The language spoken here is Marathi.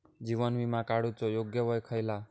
जीवन विमा काडूचा योग्य वय खयला?